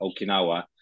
Okinawa